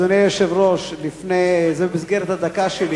אדוני היושב-ראש, זה במסגרת הדקה שלי: